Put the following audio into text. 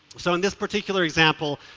so in this particular example,